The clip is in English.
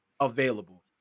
available